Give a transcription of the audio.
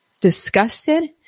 disgusted